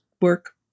work